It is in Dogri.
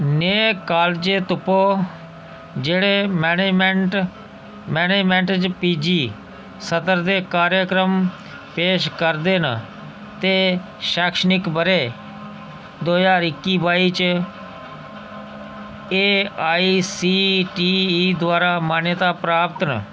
नेह कालेज तुप्पो जेह्ड़े मैनेजमेंट मैनेजमेंट च पीजी स्तर दे कार्यक्रम पेश करदे न ते शैक्षणिक ब'रे दो ज्हार इक्की बाई च एआईसीटीई द्वारा मानता प्राप्त न